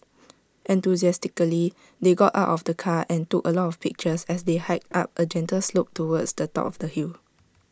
enthusiastically they got out of the car and took A lot of pictures as they hiked up A gentle slope towards the top of the hill